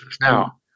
Now